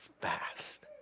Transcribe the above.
fast